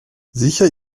sicher